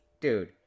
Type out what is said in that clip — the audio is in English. dude